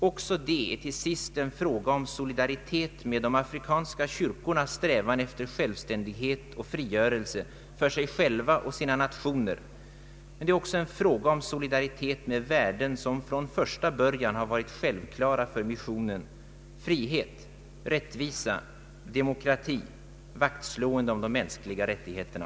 Också det är till sist en fråga om solidaritet med de afrikanska kyrkornas strävan efter självständighet och frigörelse för sig själva och sina nationer, men tillika en fråga om solidaritet med värden som från första början varit självklara för missionen: frihet, rättvisa, demokrati, vaktslående om de mänskliga rättigheterna.